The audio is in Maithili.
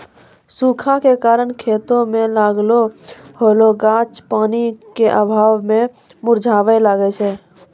सूखा के कारण खेतो मे लागलो होलो गाछ पानी के अभाव मे मुरझाबै लागै छै